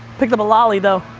picked up a lolli though,